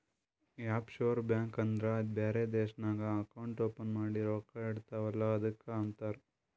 of sure bank ಅಂದುರ್ ಬೇರೆ ದೇಶ್ನಾಗ್ ಅಕೌಂಟ್ ಓಪನ್ ಮಾಡಿ ರೊಕ್ಕಾ ಇಡ್ತಿವ್ ಅಲ್ಲ ಅದ್ದುಕ್ ಅಂತಾರ್